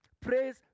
Praise